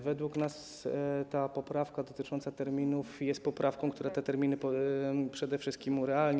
Według nas poprawka dotycząca terminów jest poprawką, która te terminy przede wszystkim urealnia.